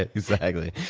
exactly.